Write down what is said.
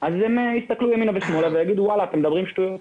הם יסתכלו ימינה ושמאלה ונחשבו שמדברים שטויות.